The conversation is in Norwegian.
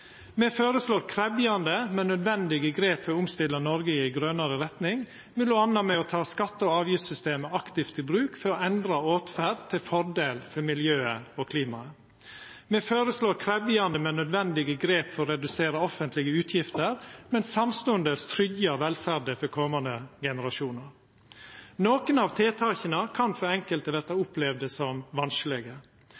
Me foreslår krevjande, men nødvendige grep for å omstilla Noreg i ei grønare retning, m.a. ved å ta skatte- og avgiftssystemet aktivt i bruk for å endra åtferda til fordel for miljøet og klimaet. Me foreslår krevjande, men nødvendige grep for å redusera offentlege utgifter, men samstundes tryggja velferda for komande generasjonar. Nokre av tiltaka kan for enkelte verta